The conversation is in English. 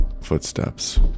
Footsteps